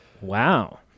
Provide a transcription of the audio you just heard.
Wow